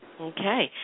Okay